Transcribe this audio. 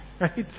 right